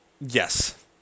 Yes